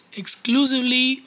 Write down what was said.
exclusively